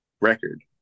record